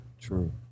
True